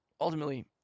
Ultimately